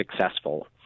successful